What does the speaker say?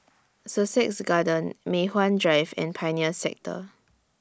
Sussex Garden Mei Hwan Drive and Pioneer Sector